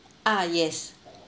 ah yes